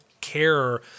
care